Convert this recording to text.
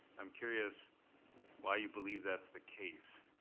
i'm curious why you believe that's the case.